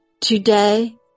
Today